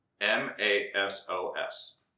M-A-S-O-S